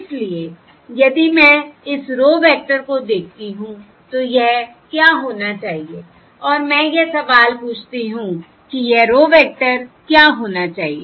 इसलिए यदि मैं इस रो वेक्टर को देखती हूं तो यह क्या होना चाहिए और मैं यह सवाल पूछती हूं कि यह रो वेक्टर क्या होना चाहिए